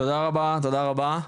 תודה רבה.